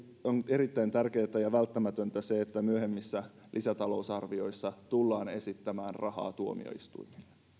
erittäin tärkeää ja välttämätöntä se että myöhemmissä lisätalousarvioissa tullaan esittämään rahaa tuomioistuimiin